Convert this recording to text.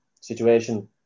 situation